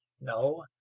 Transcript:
No